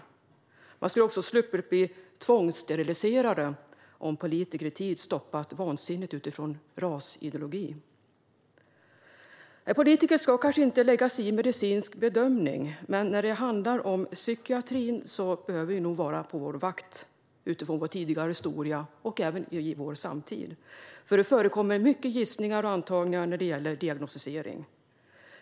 Människor skulle också ha sluppit att bli tvångssteriliserade om politiker i tid stoppat detta vansinne, som hade sin grund i rasideologi. En politiker ska kanske inte lägga sig i medicinsk bedömning, men när det handlar om psykiatrin behöver vi nog vara på vår vakt med tanke på vår tidigare historia och även vår samtid, för det förekommer mycket gissningar och antagningar när det gäller diagnosticering.